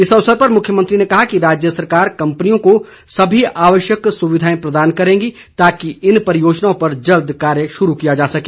इस अवसर पर मुख्यमंत्री ने कहा कि राज्य सरकार कंपनियों को सभी आवश्यक सुविधाएं प्रदान करेगी ताकि इन परियोजनाओं पर जल्द कार्य शुरू किया जा सके